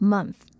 Month